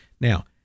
Now